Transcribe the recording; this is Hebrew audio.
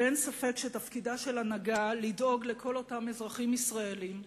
ואין ספק שתפקידה של הנהגה לדאוג לכל אותם אזרחים ישראלים שגרים,